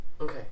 Okay